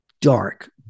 dark